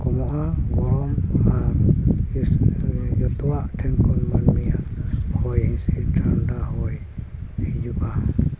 ᱠᱚᱢᱚᱜᱼᱟ ᱜᱚᱨᱚᱢ ᱟᱨ ᱵᱷᱚᱵᱤᱥᱛ ᱨᱮ ᱡᱚᱛᱚᱣᱟᱜ ᱴᱷᱮᱱ ᱠᱷᱚᱱ ᱢᱟᱹᱱᱢᱤᱭᱟᱜ ᱦᱚᱭ ᱦᱤᱥᱤᱫ ᱴᱷᱟᱱᱰᱟ ᱦᱚᱭ ᱦᱤᱡᱩᱜᱼᱟ